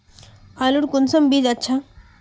आलूर कुंसम बीज अच्छा?